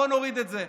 בוא נוריד את זה.